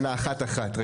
אנא, אחת אחת.